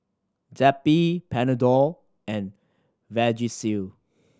Zappy Panadol and Vagisil